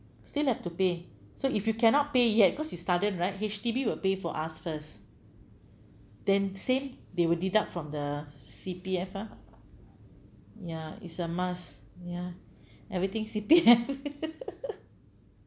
still have to pay so if you cannot pay yet cause it's sudden right H_D_B will pay for us first then same they will deduct from the C_P_F lah ya it's a must ya everything C_P_F